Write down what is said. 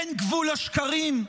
אין גבול לשקרים,